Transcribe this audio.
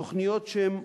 תוכניות שהן,